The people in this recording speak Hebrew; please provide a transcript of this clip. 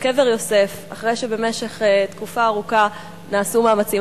לקבר יוסף, אחרי שבמשך תקופה ארוכה נעשו מאמצים.